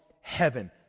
heaven